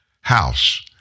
house